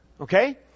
Okay